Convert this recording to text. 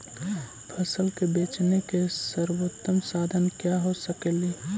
फसल के बेचने के सरबोतम साधन क्या हो सकेली?